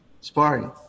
Sparring